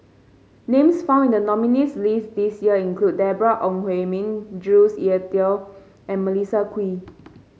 names found in the nominees list this year include Deborah Ong Hui Min Jules Itier and Melissa Kwee